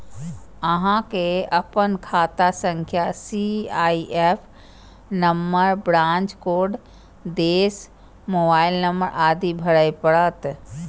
अहां कें अपन खाता संख्या, सी.आई.एफ नंबर, ब्रांच कोड, देश, मोबाइल नंबर आदि भरय पड़त